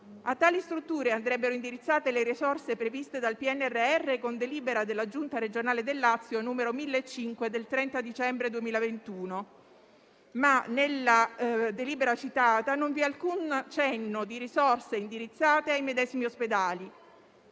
A tali strutture andrebbero indirizzate le risorse previste dal PNRR con delibera della Giunta regionale del Lazio 30 dicembre 2021, n. 1.005. Tuttavia, nella delibera citata non vi è alcun cenno a risorse indirizzate ai medesimi ospedali;